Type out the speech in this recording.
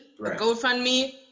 GoFundMe